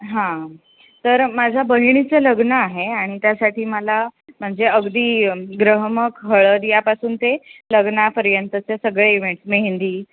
हां तर माझ्या बहिणीचं लग्न आहे आणि त्यासाठी मला म्हणजे अगदी ग्रहमक हळद यापासून ते लग्नापर्यंतचे सगळे इव्हेंट्स मेहंदी